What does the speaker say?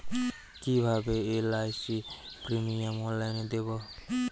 কিভাবে LIC premium অনলাইনে দেবো?